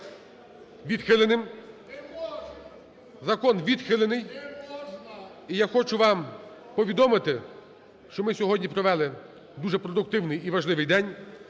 можна! ГОЛОВУЮЧИЙ. І я хочу вам повідомити, що ми сьогодні провели дуже продуктивний і важливий день.